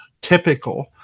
typical